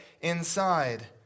inside